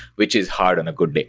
which is hard on a good day.